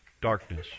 Darkness